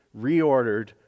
reordered